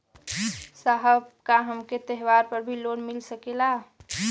साहब का हमके त्योहार पर भी लों मिल सकेला?